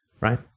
right